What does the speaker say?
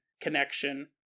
connection